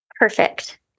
Perfect